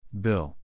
Bill